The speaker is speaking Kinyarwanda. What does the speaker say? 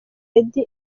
lady